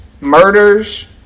murders